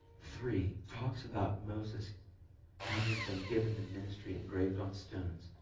three talks about moses having been given the ministry engraved on stones,